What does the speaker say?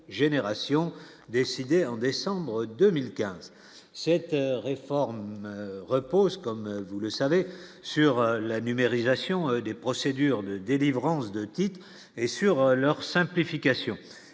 génération décidée en décembre 2015, cette réforme repose, comme vous le savez, sur la numérisation des procédures de délivrance de titres et sur leur simplification,